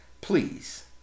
please